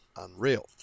Unreal